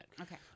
Okay